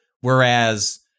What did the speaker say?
Whereas